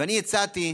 ואני הצעתי,